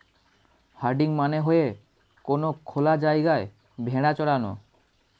herding মানে হয়ে কোনো খোলা জায়গায় ভেড়া চরানো